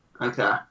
Okay